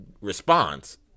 response—